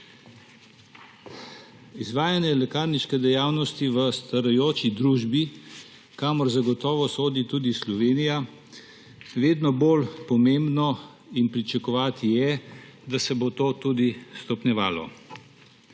Izvajanje lekarniške dejavnosti v starajoči družbi, kamor zagotovo sodi tudi Slovenija, je vedno bolj pomembno in pričakovati je, da se bo to tudi stopnjevalo.